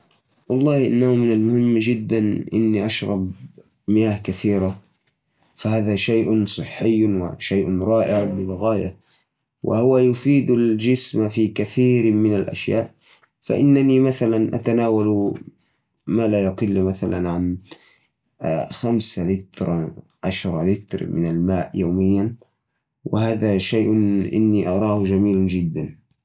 أشرب تقريباً اتنين لتر من المياه يومياً. وهذا يعني حوالي اربعتاشر لتر أسبوعياً. طبعاً الكميات تختلف حسب النشاط والجو. إذا كان الجو حار أو بارد. لكن هالمعدل هوالمعتاد بالنسبة لي.